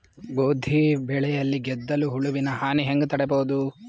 ಗೋಧಿ ಬೆಳೆಯಲ್ಲಿ ಗೆದ್ದಲು ಹುಳುವಿನ ಹಾನಿ ಹೆಂಗ ತಡೆಬಹುದು?